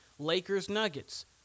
Lakers-Nuggets